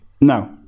No